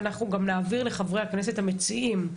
ואנחנו נעביר גם לחברי הכנסת המציעים.